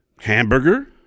hamburger